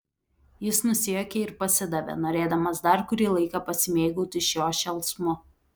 jis nusijuokė ir pasidavė norėdamas dar kurį laiką pasimėgauti šiuo šėlsmu